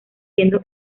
siendo